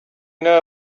know